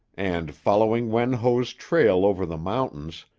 and, following wen ho's trail over the mountains,